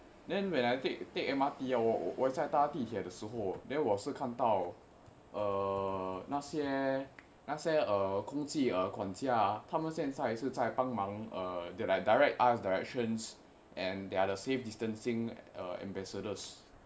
then when I take take mrt ah 我我再搭地铁的时候 then 我是看到那些那些呃空气康佳他们现在一直再帮忙:wo shi kan dao nei xie nei xie eai kong qi kang jia ta men xian zai yi zhi zai bang mang they direct us directions and they are the safe distancing uh ambassadors